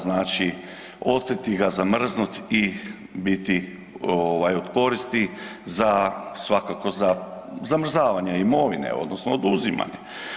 Znači otkriti ga, zamrznuti i biti od koristi za svakako za zamrzavanje imovine, odnosno oduzimanje.